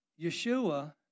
Yeshua